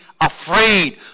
afraid